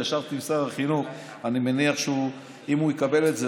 אם ישבת עם שר החינוך אני מניח שאם הוא יקבל את זה,